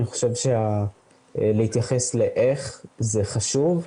אני חושב שלהתייחס לאיך זה חשוב,